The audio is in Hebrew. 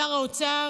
שר האוצר,